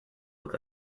look